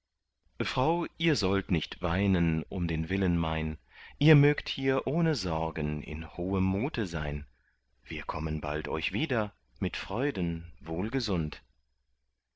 frau ihr sollt nicht weinen um den willen mein ihr mögt hier ohne sorgen in hohem mute sein wir kommen bald euch wieder mit freuden